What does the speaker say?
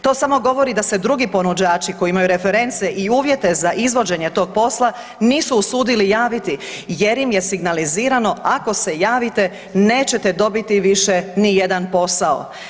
To samo govori da se drugi ponuđači koji imaju reference i uvjete za izvođenje tog posla nisu usudili javiti, jer im je signalizirano ako se javite nećete dobiti više ni jedan posao.